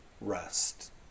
rest